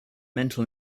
mental